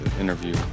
interview